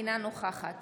אינה נוכחת